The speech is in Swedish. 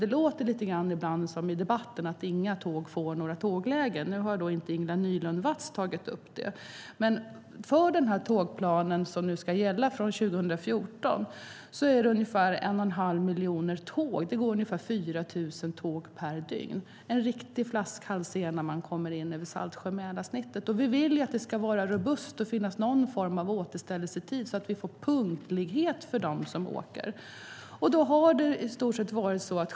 Det låter ibland i debatten som om tågen inte får några tåglägen, men det har Ingela Nylund Watz inte tagit upp. I den tågplan som ska gälla från 2014 handlar det om ungefär en och en halv miljoner tåg. Det går ungefär 4 000 tåg per dygn. Det är en riktig flaskhals när man kommer in över Saltsjö-Mälarsnittet. Vi vill att det ska vara robust och finnas någon form av återställningstid så att det blir punktlighet för dem som åker.